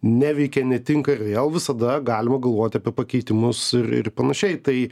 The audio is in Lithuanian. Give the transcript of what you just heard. neveikia netinka ir vėl visada galima galvot apie pakeitimus ir ir panašiai tai